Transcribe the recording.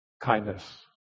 kindness